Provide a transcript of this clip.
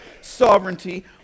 sovereignty